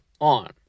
on